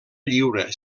lliure